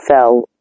fell